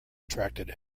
attracted